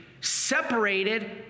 separated